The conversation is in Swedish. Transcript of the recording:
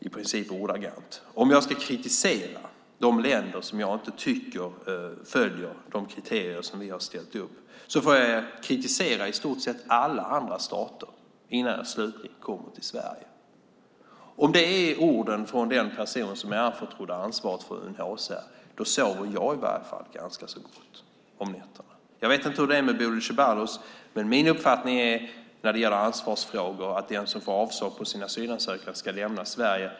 I princip ordagrant sade han: Om jag ska kritisera de länder som jag inte tycker följer de kriterier som vi har ställt upp får jag kritisera i stort sett alla andra stater innan jag slutligen kommer till Sverige. Om det är ord från den person som anförtrotts ansvaret för UNHCR sover i varje fall jag ganska gott på nätterna. Jag vet inte hur det är med Bodil Ceballos, men min uppfattning i ansvarsfrågor är att den som får avslag på sin asylansökan ska lämna Sverige.